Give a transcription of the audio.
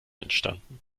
entstanden